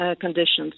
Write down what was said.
conditions